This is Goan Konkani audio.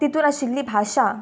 तितून आशिल्ली भाशा